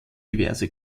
diverse